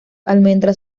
almendras